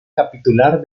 capitular